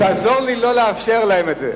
תעזור לי לא לאפשר להם את זה.